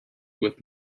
with